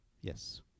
Yes